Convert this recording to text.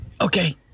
okay